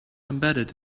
embedded